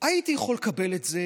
הייתי יכול לקבל את זה,